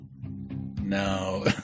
No